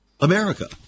America